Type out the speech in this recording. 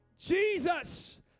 Jesus